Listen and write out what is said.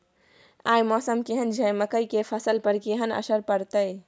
आय मौसम केहन छै मकई के फसल पर केहन असर परतै?